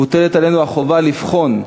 מוטלת עלינו החובה לבחון,